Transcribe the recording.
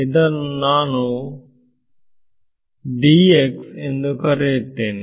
ಇದನ್ನು ನಾನು ಎಂದು ಕರೆಯುತ್ತೇನೆ